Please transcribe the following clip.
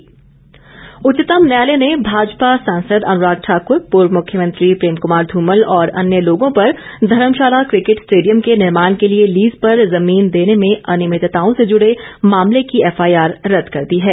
उच्चतम न्यायालय उच्चतम न्यायालय ने भाजपा सांसद अनुराग ठाकुर पूर्व मुख्यमंत्री प्रेम कुमार धूमल और अन्य लोगों पर धर्मशाला क्रिकेट स्टेडियम के निर्माण के लिए लीज पर जमीन देने में अनियमितताओं से जुड़े मामलें की एफआईआर रद्द कर दी है